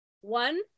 One